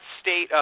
state